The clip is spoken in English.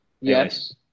Yes